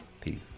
Peace